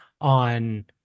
on